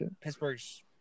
Pittsburgh's